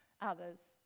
others